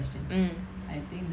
mm